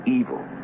evil